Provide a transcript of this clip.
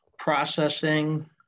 processing